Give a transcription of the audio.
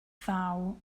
ddaw